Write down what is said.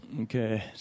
Okay